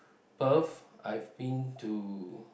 Perth I've been to